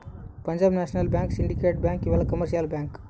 Punjab national bank syndicate bank ಇವೆಲ್ಲ commercial bank